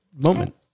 moment